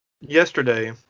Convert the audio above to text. yesterday